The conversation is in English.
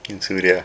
in suria